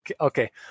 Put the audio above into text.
Okay